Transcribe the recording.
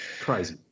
crazy